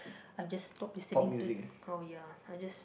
I just stopped listening to oh ya I just